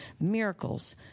miracles